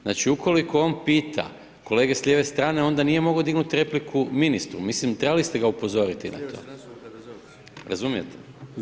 Znači ukoliko on pita kolege s lijeve strane onda nije mogao dignuti repliku ministru, trebali ste ga upozoriti, razumijete?